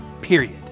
period